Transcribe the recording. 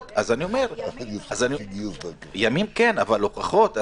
ימים - כן, אבל הוכחות.